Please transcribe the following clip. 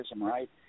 right